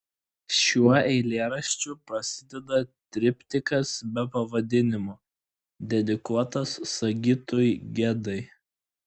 šiuo eilėraščiu prasideda triptikas be pavadinimo dedikuotas sigitui gedai